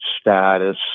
status